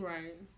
Right